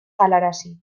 galarazi